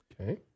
Okay